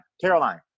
Caroline